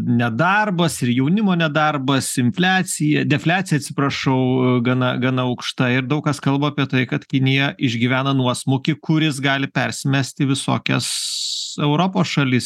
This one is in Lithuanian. nedarbas ir jaunimo nedarbas infliacija defliacija atsiprašau gana gana aukšta ir daug kas kalba apie tai kad kinija išgyvena nuosmukį kuris gali persimest į visokias europos šalis